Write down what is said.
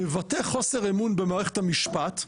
מבטא חוסר אמון במערכת המשפט,